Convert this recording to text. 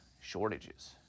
shortages